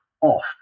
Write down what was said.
off